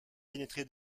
pénétré